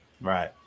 Right